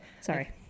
Sorry